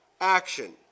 action